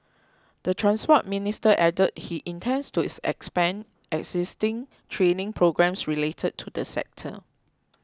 the Transport Minister added he intends to expand existing training programmes related to the sector